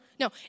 No